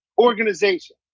organization